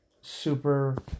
super